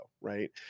right